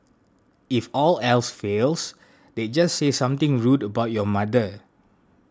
if all else fails they'd just say something rude about your mother